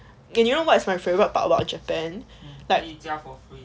you know what is my favourite part of japan